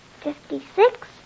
Fifty-six